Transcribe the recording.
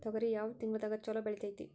ತೊಗರಿ ಯಾವ ತಿಂಗಳದಾಗ ಛಲೋ ಬೆಳಿತೈತಿ?